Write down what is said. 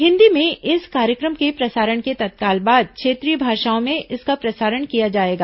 हिंदी में इस कार्यक्रम के प्रसारण के तत्काल बाद क्षेत्रीय भाषाओं में इसका प्रसारण किया जाएगा